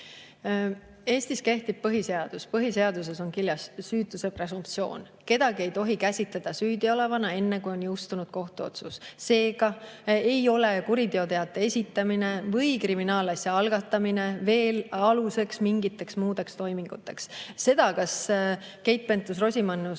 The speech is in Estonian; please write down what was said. Eestis kehtib põhiseadus. Põhiseaduses on kirjas süütuse presumptsioon: kedagi ei tohi käsitada süüdiolevana enne, kui on jõustunud kohtuotsus. Seega ei ole kuriteoteate esitamine või kriminaalasja algatamine veel aluseks mingiteks muudeks toiminguteks. See, kas Keit Pentus‑Rosimannus